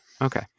okay